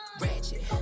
ratchet